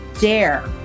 dare